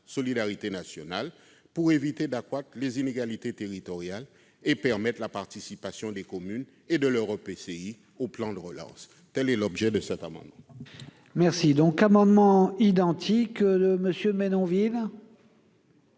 solidarité nationale pour éviter d'accroître les inégalités territoriales et permettre la participation des communes et de leurs EPCI au plan de relance. La parole est à M.